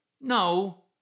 No